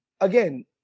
again